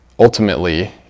Ultimately